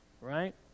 right